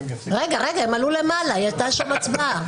רגע, הם עלו למעלה, הייתה שם הצבעה.